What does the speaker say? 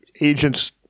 agents